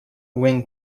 wing